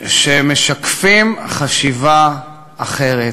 שמשקף חשיבה אחרת.